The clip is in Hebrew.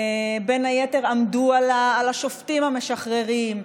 ובין היתר עמדו על השופטים המשחררים,